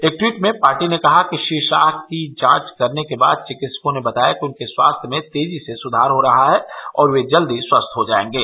एक ट्वीट में पार्टी ने कहा कि श्री शाह की जांच करने के बाद चिकित्सकों ने बताया कि उनके स्वास्थ्य में तेजी से सुधार हो रहा है और वे जल्दी स्वस्थ हो जाएंगे